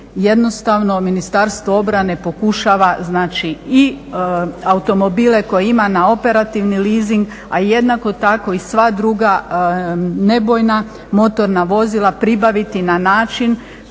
jednostavno Ministarstvo obrane pokušava znači i automobile koje ima na operativni leasing a jednako tako i sva druga nebojna motorna vozila pribaviti na način